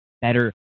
better